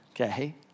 Okay